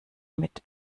mit